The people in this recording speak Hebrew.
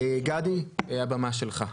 גדי, הבמה שלך.